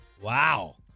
Wow